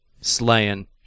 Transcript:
slaying